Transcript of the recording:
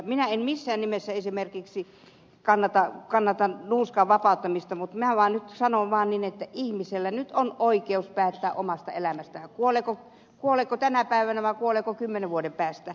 minä en missään nimessä esimerkiksi kannata nuuskan vapauttamista mutta minä vaan nyt sanon että ihmisellä on oikeus päättää omasta elämästään kuoleeko tänä päivänä vai kuoleeko kymmenen vuoden päästä